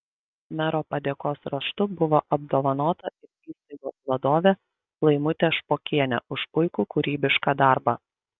mero padėkos raštu buvo apdovanota ir įstaigos vadovė laimutė špokienė už puikų kūrybišką darbą